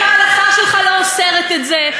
אם ההלכה שלך לא אוסרת את זה,